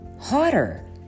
hotter